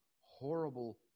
horrible